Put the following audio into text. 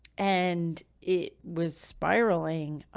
and it was spiraling,